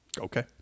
Okay